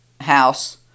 House